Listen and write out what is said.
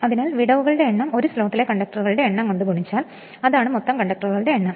അതിനാൽ വിടവുകളുടെ എണ്ണം ഒരു സ്ലോട്ടിലെ കണ്ടക്ടറുകളുടെ എണ്ണം കൊണ്ട് ഗുണിച്ചാൽ അതാണ് മൊത്തം കണ്ടക്ടറുകളുടെ എണ്ണം